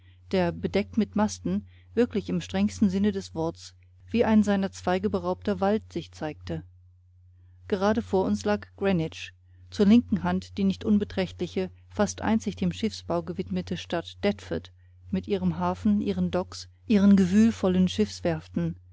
der bedeckt mit masten wirklich im strengsten sinne des worts wie ein seiner zweige beraubter wald sich zeigte gerade vor uns lag greenwich zur linken hand die nicht unbeträchtliche fast einzig dem schiffsbau gewidmete stadt deptford mit ihrem hafen ihren docks ihren gewühlvollen schiffswerften